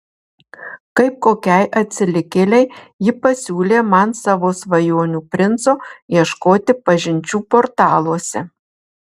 kaip kokiai atsilikėlei ji pasiūlė man savo svajonių princo ieškoti pažinčių portaluose